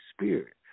Spirit